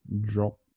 drop